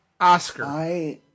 Oscar